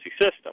system